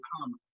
come